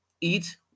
eat